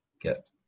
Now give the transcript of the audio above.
get